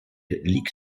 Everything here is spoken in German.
liegt